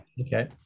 okay